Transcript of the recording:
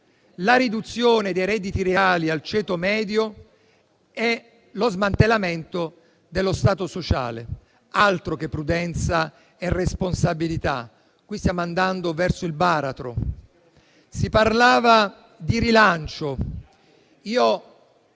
la riduzione dei redditi reali del ceto medio e lo smantellamento dello Stato sociale. Altro che prudenza e responsabilità, qui stiamo andando verso il baratro (si parlava di rilancio).